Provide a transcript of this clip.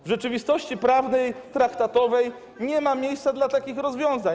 W rzeczywistości prawnej, traktatowej nie ma miejsca dla takich rozwiązań.